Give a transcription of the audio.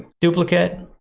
duplicate.